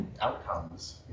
outcomes